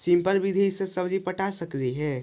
Sprinkle विधि से सब्जी पटा सकली हे?